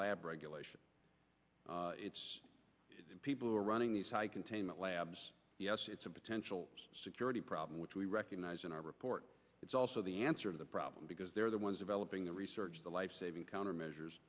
lab regulation people are running these high containment labs it's a potential security problem which we recognize in our report it's also the answer to the problem because they're the ones developing the research the lifesaving countermeasures